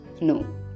No